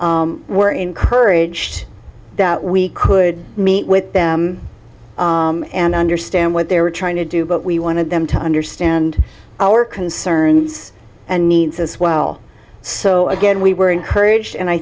and were encouraged that we could meet with them and understand what they were trying to do but we wanted them to understand our concerns and needs as well so again we were encouraged and i